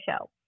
show